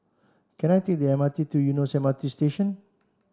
can I take the M R T to Eunos M R T Station